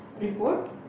Report